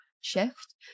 shift